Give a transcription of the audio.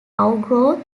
outgrowth